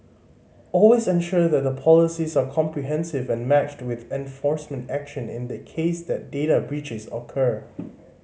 always ensure that the policies are comprehensive and matched with enforcement action in the case that data breaches occur